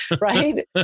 right